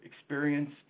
experience